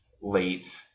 late